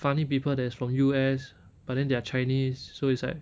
funny people that is from U_S but then they are chinese so it's like